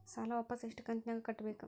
ಸಾಲ ವಾಪಸ್ ಎಷ್ಟು ಕಂತಿನ್ಯಾಗ ಕಟ್ಟಬೇಕು?